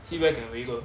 see where can we go